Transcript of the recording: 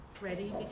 Ready